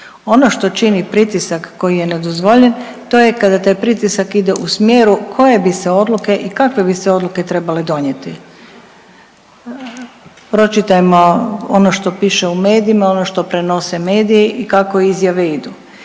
Ono što čini pritisak koji je nedozvoljen to je kada taj pritisak ide u smjeru koje bi se odluke i kakve bi se odluke trebale donijeti. Pročitajmo ono što piše u medijima, ono što prenose mediji i kako izjave idu